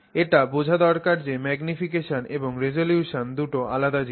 এটা বোঝা দরকার যে ম্যাগনিফিকেশন এবং রিজোলিউশন দুটো আলাদা জিনিস